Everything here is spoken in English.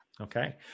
Okay